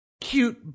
cute